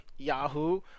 Yahoo